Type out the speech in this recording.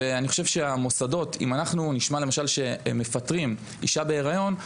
אם אנחנו נשמע שהמוסדות מפטרים אישה בהריון,